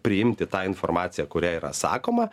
priimti tą informaciją kurią yra sakoma